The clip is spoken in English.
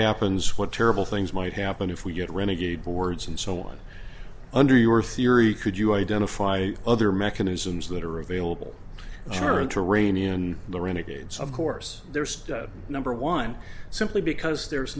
happens what terrible things might happen if we get renegade boards and so on and your theory could you identify other mechanisms that are available to reign in the renegades of course there's number one simply because there